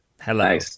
hello